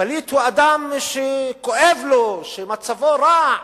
פליט הוא אדם שכואב לו, שמצבו רע.